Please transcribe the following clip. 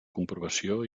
comprovació